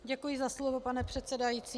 Děkuji za slovo, pane předsedající.